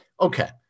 Okay